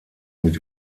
mit